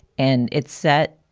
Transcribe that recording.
and it's set,